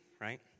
right